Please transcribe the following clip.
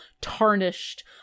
tarnished